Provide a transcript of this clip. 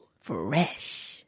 Fresh